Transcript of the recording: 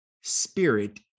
spirit